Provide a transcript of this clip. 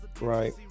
Right